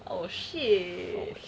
oh shit